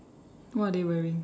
what are they wearing